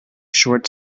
short